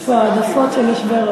יש פה העדפות של יושבי-ראש.